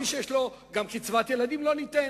מי שיש לו, גם קצבת ילדים לא ניתן.